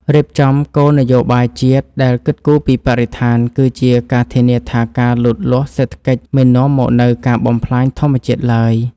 រៀបចំគោលនយោបាយជាតិដែលគិតគូរពីបរិស្ថានគឺជាការធានាថាការលូតលាស់សេដ្ឋកិច្ចមិននាំមកនូវការបំផ្លាញធម្មជាតិឡើយ។